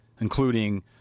including